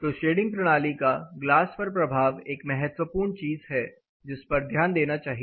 तो शेडिंग प्रणाली का ग्लास पर प्रभाव एक महत्वपूर्ण चीज है जिसपर ध्यान देना चाहिए